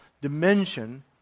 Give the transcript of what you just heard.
dimension